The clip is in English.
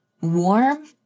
warm